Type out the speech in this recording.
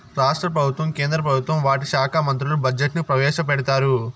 రాష్ట్ర ప్రభుత్వం కేంద్ర ప్రభుత్వం వాటి శాఖా మంత్రులు బడ్జెట్ ని ప్రవేశపెడతారు